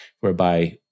whereby